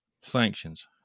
Sanctions